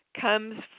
comes